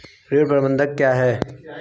ऋण प्रबंधन क्या है?